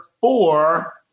four